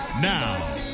Now